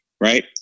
right